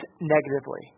negatively